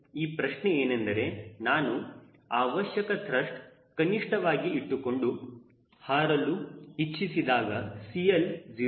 ಈ ಪ್ರಶ್ನೆ ಏನೆಂದರೆ ನಾನು ಅವಶ್ಯಕ ತ್ರಸ್ಟ್ ಕನಿಷ್ಠವಾಗಿ ಇಟ್ಟುಕೊಂಡು ಹಾರಲು ಇಚ್ಚಿಸಿದಾಗ CL 0